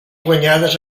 guanyades